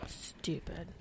stupid